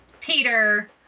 Peter